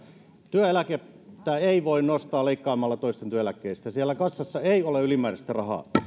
työeläkettä ei voi nostaa leikkaamalla toisten työeläkkeistä siellä kassassa ei ole ylimääräistä rahaa